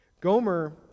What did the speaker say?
Gomer